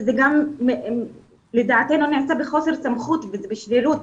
שזה גם לדעתנו נעשה בחוסר סמכות וזה בשרירות,